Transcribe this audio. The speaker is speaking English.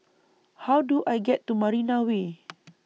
How Do I get to Marina Way